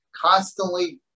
constantly